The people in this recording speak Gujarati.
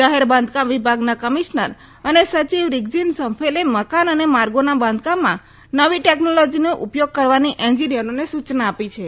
જાહેર બાંધકામ વિભાગના કમિશનર અને સચિવ રીઝિન સંફેલે મકાન અને માર્ગોના બાંધકામમાં નવી ટેકનોલોજીનો ઉપયોગ કરવાની એન્જિનિયરોને સૂચના આપી છે